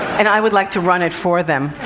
and i would like to run it for them.